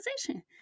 position